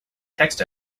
text